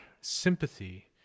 sympathy